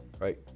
Right